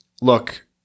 look